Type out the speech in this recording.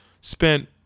spent